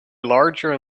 larger